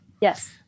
Yes